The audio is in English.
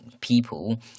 people